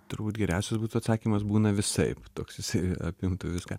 turbūt geriausias būtų atsakymas būna visaip toks jisai apimtų viską